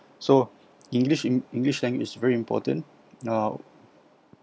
so english english language is very important uh